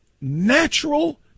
natural